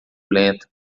lenta